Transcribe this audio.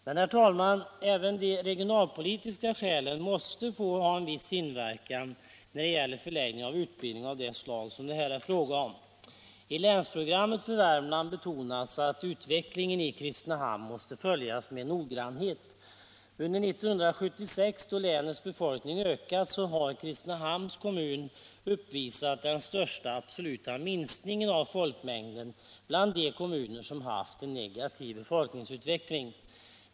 Men, herr talman, även de regionalpolitiska skälen måste få ha en viss inverkan när det gäller förläggning av utbildning av det slag som det här är fråga om. I länsprogrammet för Värmland betonas att utvecklingen i Kristinehamn måste följas med noggrannhet. Under 1976, då länets befolkning ökade, uppvisade Kristinehamns kommun den största absoluta minskningen av folkmängden bland de kommuner som haft en negativ befolkningsutveckling.